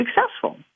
successful